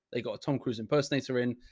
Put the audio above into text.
they got a tom cruise impersonator in,